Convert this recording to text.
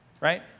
right